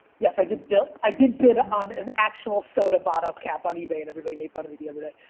yes, i did built, i did bid on an actual soda bottle cap on ebay and everybody made fun of me the other day.